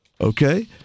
Okay